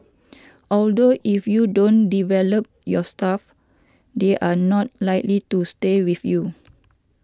although if you don't develop your staff they are not likely to stay with you